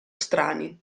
strani